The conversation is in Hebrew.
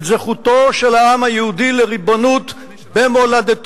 את זכותו של העם היהודי לריבונות במולדתו,